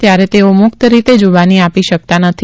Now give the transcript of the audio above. ત્યારે તેઓ મુક્ત રીતે જુબાની આપી શકતા નથી